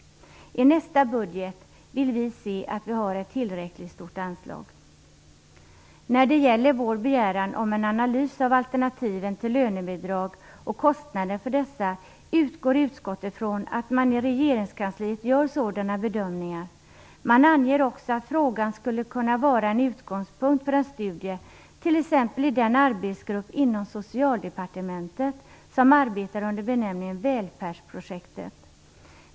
I nästa budget vill vi se att ett tillräckligt stort anslag beviljas. När det gäller vår begäran om en analys av alternativen till lönebidrag och kostnaderna för dessa utgår utskottet från att man i regeringskansliet gör sådana bedömningar. Man anger också att frågan skulle kunna vara en utgångspunkt för en studie, t.ex. i den arbetsgrupp inom Socialdepartementet som arbetar under benämningen Välfärdsprojektet.